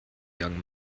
young